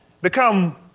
become